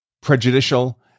prejudicial